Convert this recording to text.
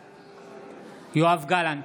בעד יואב גלנט,